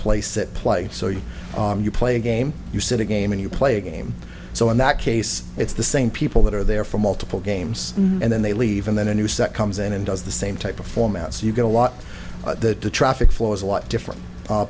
sit play so you play a game you set a game and you play a game so in that case it's the same people that are there for multiple games and then they leave and then a new set comes in and does the same type of format so you get a lot the traffic flow is a lot different